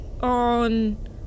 on